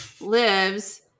lives